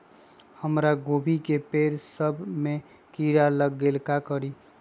हमरा गोभी के पेड़ सब में किरा लग गेल का करी?